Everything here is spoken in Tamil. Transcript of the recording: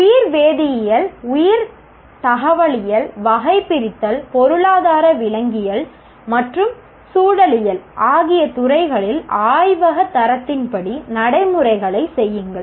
உயிர் வேதியியல் உயிர் தகவலியல் வகைபிரித்தல் பொருளாதார விலங்கியல் மற்றும் சூழலியல் ஆகிய துறைகளில் ஆய்வக தரத்தின்படி நடைமுறைகளைச் செய்யுங்கள்